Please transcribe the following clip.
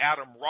Adam